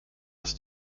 lass